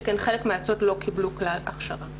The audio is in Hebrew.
שכן חלק מן היועצות לא קיבלו כלל הכשרה.